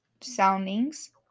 soundings